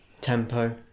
tempo